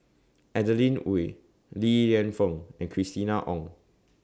Adeline Ooi Li Lienfung and Christina Ong